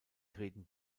treten